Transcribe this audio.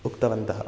उक्तवन्तः